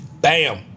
Bam